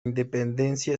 independencia